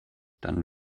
dann